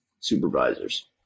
supervisors